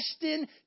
destined